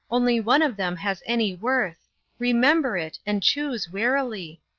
only one of them has any worth remember it, and choose warily.